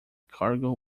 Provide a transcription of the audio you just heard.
cargo